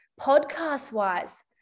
podcast-wise